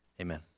amen